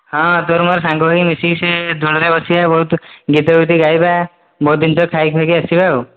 ହଁ ତୋର ମୋର ସାଙ୍ଗ ହୋଇକି ମିଶିକି ସେ ଦୋଳିରେ ବସିବା ବହୁତ ଗୀତ ବି ଟିକିଏ ଗାଇବା ବହୁତ ଜିନିଷ ଖାଇଖୁଆକି ଆସିବା ଆଉ